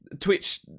Twitch